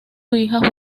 hija